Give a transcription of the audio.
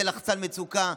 זה לחצן מצוקה,